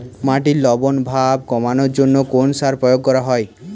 মাটির লবণ ভাব কমানোর জন্য কোন সার প্রয়োগ করা হয়?